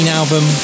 album